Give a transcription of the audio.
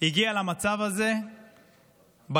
הגיע למצב הזה בכלכלה,